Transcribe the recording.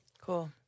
cool